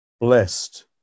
Blessed